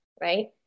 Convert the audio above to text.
right